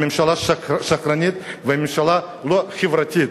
הממשלה שקרנית והממשלה לא חברתית.